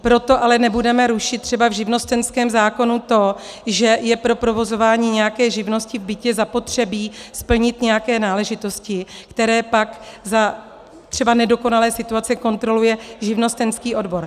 Proto ale nebudeme rušit třeba v živnostenském zákonu to, že je pro provozování nějaké živnosti v bytě zapotřebí splnit nějaké náležitosti, které pak za třeba nedokonalé situace kontroluje živnostenský odbor.